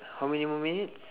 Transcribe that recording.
how many more minutes